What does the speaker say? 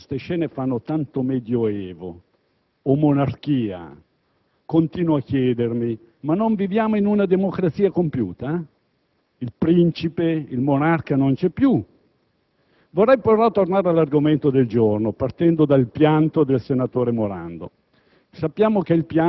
Ascoltate gli improperi degli uomini della strada e capirete: queste scene fanno tanto pensare al Medioevo o alla monarchia. Continuo a chiedermi: ma non viviamo in una democrazia compiuta? Il principe, il monarca non ci